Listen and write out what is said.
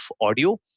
audio